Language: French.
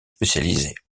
spécialisées